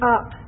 up